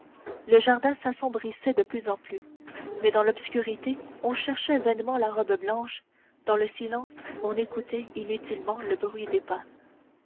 le jardin s'assombrissait de plus en plus mais dans l'obscurité on cherchait vainement la robe blanche dans le silence on écoutait inutilement le bruit des pas